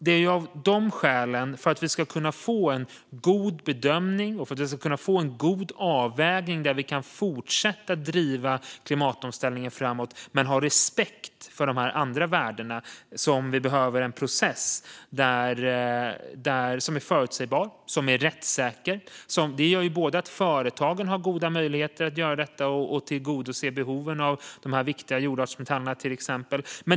Det är för kunna göra en god bedömning och få en bra avvägning där vi kan fortsätta att driva klimatomställningen framåt med respekt för dessa värden som vi behöver en process som är förutsägbar och rättssäker. Det gör att företagen har goda möjligheter att tillgodose behoven av till exempel de viktiga jordartsmetallerna.